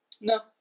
No